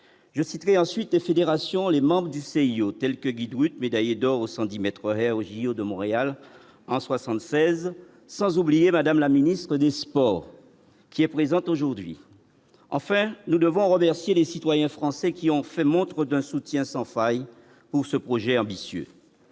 je citerai ensuite les fédérations, les membres du CIO tels que Guy doute médaillé d'or au 110 mètres au JO de Montréal en 76, sans oublier, madame la ministre des sports qui est présente aujourd'hui, enfin, nous devons remercier les citoyens français qui ont fait montre d'un soutien sans faille pour ce projet ambitieux,